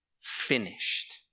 finished